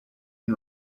and